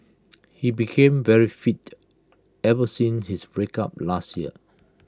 he became very fit ever since his breakup last year